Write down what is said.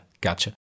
gotcha